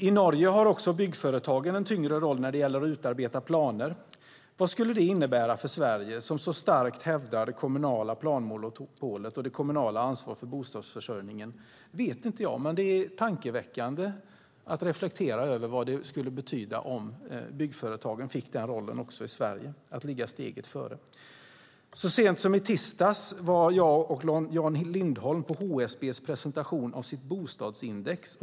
I Norge har också byggföretagen en tyngre roll när det gäller att utarbeta planer. Vad det skulle innebära för Sverige som så starkt hävdar det kommunala planmonopolet och det kommunala ansvaret för bostadsförsörjningen vet inte jag. Men det är tankeväckande. Vi kan reflektera över vad det skulle betyda om byggföretagen också i Sverige fick rollen att ligga steget före. Så sent som i tisdags var jag och Jan Lindholm på HSB:s presentation av deras bostadsindex.